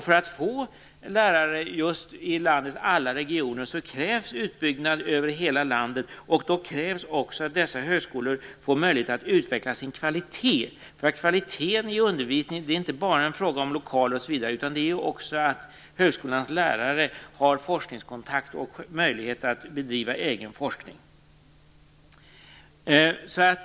För att få lärare i landets alla regioner krävs en utbyggnad över hela landet, och då krävs också att dessa högskolor får möjlighet att utveckla sin kvalitet. Kvalitet i undervisning är inte bara en fråga om lokaler osv. utan det är också att högskolans lärare har forskningskontakt och möjlighet att bedriva egen forskning.